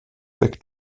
back